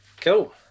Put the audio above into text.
cool